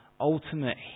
ultimate